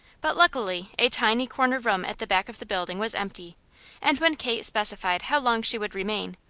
but luckily a tiny corner room at the back of the building was empty and when kate specified how long she would remain,